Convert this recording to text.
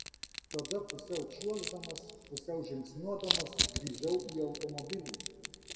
tada pusiau čiuoždamas pusiau žingsniuodamas grįžau į automobilį